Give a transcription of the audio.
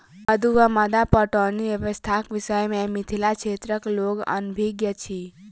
मद्दु वा मद्दा पटौनी व्यवस्थाक विषय मे मिथिला क्षेत्रक लोक अनभिज्ञ अछि